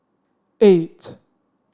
eight